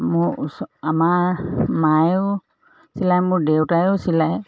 মোৰ ওচ আমাৰ মায়েও চিলায় মোৰ দেউতাইও চিলায়